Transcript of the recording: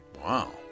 Wow